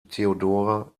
theodora